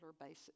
basis